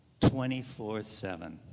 24-7